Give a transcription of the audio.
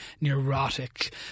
neurotic